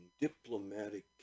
diplomatic